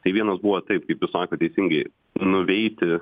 tai vienas buvo taip kaip jūs sakot teisingai nuveiti